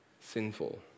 sinful